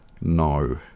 No